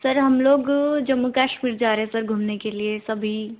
sir हम लोग जम्मू कश्मीर जा रहे सर घूमने के लिए सभी